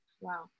Wow